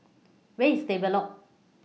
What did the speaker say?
Where IS Stable Loop